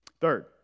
Third